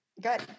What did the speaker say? good